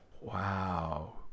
Wow